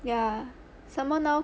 ya some more now